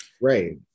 right